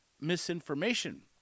misinformation